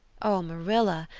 oh, marilla,